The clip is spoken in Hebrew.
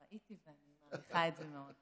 ראיתי את זה, ואני מעריכה את זה מאוד.